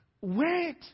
Wait